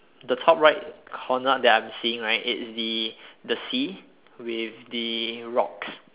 the top right corner that I'm seeing right it's the the sea with the rocks